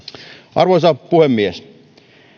arvoisa puhemies